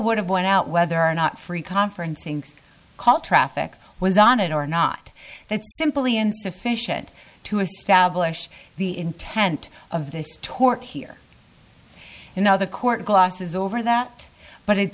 would have went out whether or not free conferencing call traffic was on it or not they simply insufficient to establish the intent of this tort here you know the court glosses over that but it's